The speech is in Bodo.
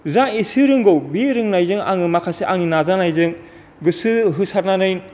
जा एसे रोंगौ बे रोंनायजों आङो माखासे आंनि नाजानायजों गोसो होसारनानै